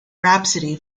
rhapsody